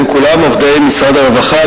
הם כולם עובדי משרד הרווחה,